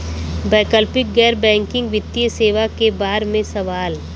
वैकल्पिक गैर बैकिंग वित्तीय सेवा के बार में सवाल?